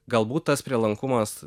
galbūt tas prielankumas